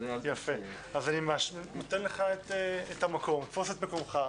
איש חינוך בכל רמ"ח איבריו.